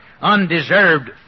undeserved